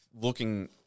looking